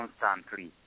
Constantly